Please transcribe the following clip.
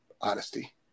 honesty